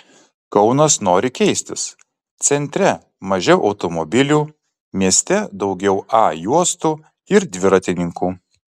kaunas nori keistis centre mažiau automobilių mieste daugiau a juostų ir dviratininkų